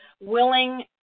willing